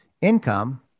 income